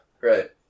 Right